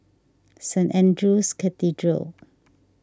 Saint andrew's Cathedral